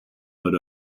but